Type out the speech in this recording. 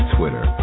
Twitter